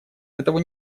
этого